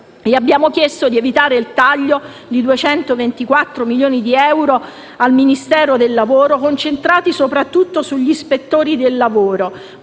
abbiamo chiesto di evitare il taglio per 224 milioni di euro al Ministero del lavoro, concentrati soprattutto sugli ispettori del lavoro,